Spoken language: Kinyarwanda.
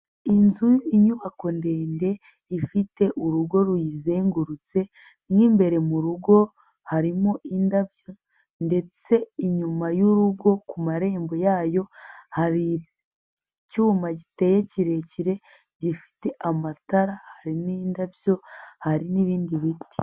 Inzu, inyubako ndende ifite urugo ruyizengurutse, mu imbere mu rugo harimo indabyo ndetse inyuma y'urugo ku marembo yayo, hari icyuma giteye kirekire gifite amatara, harimo indabyo, hari n'ibindi biti.